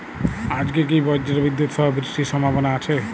আজকে কি ব্রর্জবিদুৎ সহ বৃষ্টির সম্ভাবনা আছে?